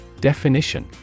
Definition